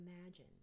imagine